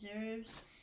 deserves